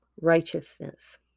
righteousness